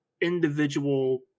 individual